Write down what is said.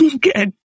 Good